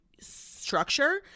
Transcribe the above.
structure